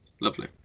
Lovely